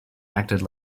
acted